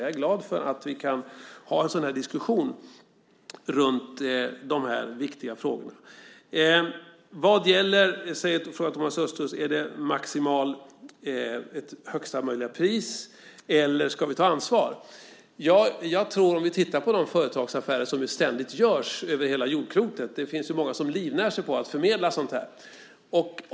Jag är glad för att vi kan ha en sådan diskussion runt de här viktiga frågorna. Thomas Östros frågar: Är det högsta möjliga pris som gäller, eller ska vi ta ansvar? Vi kan titta på de företagsaffärer som ständigt görs över hela jordklotet. Det finns många som livnär sig på att förmedla sådant här.